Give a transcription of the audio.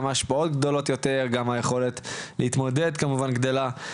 גם ההשפעות גדולות יותר וגם היכולת להתמודד עם זה כמובן גדלה.